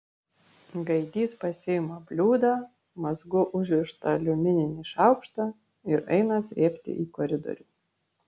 gaidys pasiima bliūdą mazgu užrištą aliumininį šaukštą ir eina srėbti į koridorių